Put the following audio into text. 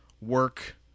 work